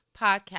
podcast